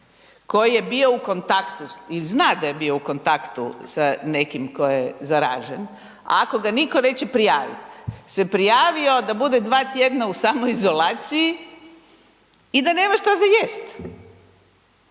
tko je bio u kontaktu i zna da je bio u kontaktu sa nekim tko je zaražen, ako ga nitko neće prijaviti, se prijavio da bude 2 tjedna u samoizolaciji i da nema što za jest.